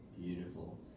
Beautiful